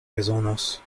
bezonos